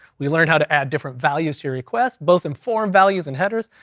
we learned how to add different values to your requests, both in form, values, and headers,